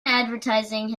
advertising